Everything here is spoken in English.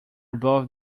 above